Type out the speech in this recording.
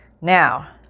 Now